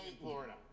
Florida